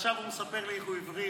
ועכשיו הוא מספר לי איך הוא הבריא,